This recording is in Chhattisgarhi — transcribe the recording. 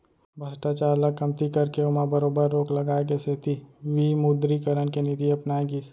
भस्टाचार ल कमती करके ओमा बरोबर रोक लगाए के सेती विमुदरीकरन के नीति अपनाए गिस